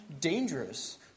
dangerous